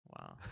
wow